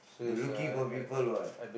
they are looking for people what